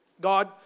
God